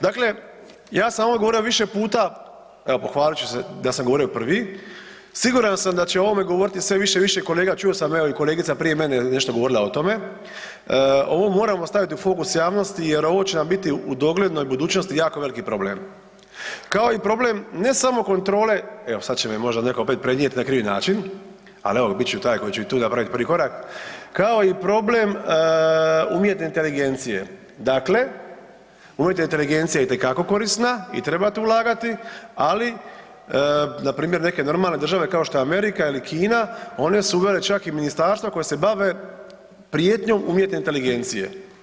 Dakle, ja sam ovo govorio više puta, evo pohvalit ću se da sam govorio prvi, siguran sam da će o ovome govoriti sve više i više kolega, čuo sam evo kolegica prije mene je nešto govorila o tome, ovo moramo staviti u fokus javnosti jer ovo će nam biti u doglednoj budućnosti jako veliki problem, kao i problem, ne samo kontrole, evo sad će me možda neko opet prenijet na krivi način, ali evo bit ću taj koji će i tu napraviti prvi korak, kao i problem umjetne inteligencije, dakle umjetna inteligencija je itekako korisna i treba tu ulagati, ali npr. neke normalne države kao što Amerika ili Kina one su uvele čak i ministarstva koja se bave prijetnjom umjetne inteligencije.